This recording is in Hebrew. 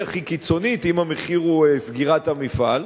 הכי קיצונית אם המחיר הוא סגירת המפעל,